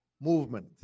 movement